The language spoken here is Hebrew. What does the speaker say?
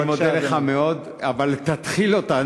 אני מודה לך מאוד, אבל תתחיל אותה.